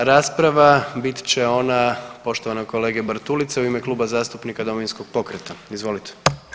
5. rasprava bit će ona poštovanog kolege Bartulice u ime Kluba zastupnika Domovinskog pokreta, izvolite.